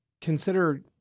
consider –